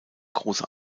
große